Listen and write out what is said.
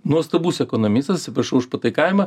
nuostabus ekonomistas atsiprašau už pataikavimą